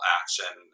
action